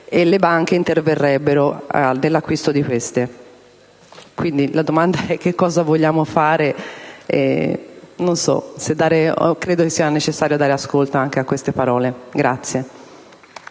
le banche interverrebbero nell'acquisto. La domanda è: che cosa vogliamo fare? Credo che sia necessario dare ascolto anche a queste parole.